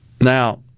Now